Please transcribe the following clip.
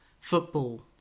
football